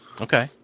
Okay